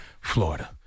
Florida